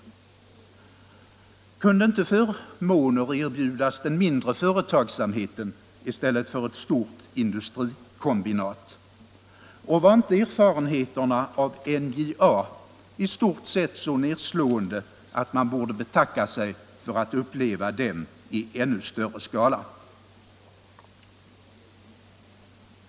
Kunde inte förmåner erbjudas den mindre företagsamheten i stället för ett stort industrikombinat? Och var inte erfarenheterna av NJA i stort sett så nedslående att man borde betacka.sig för att uppleva dem i ännu större skala?